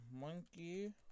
monkey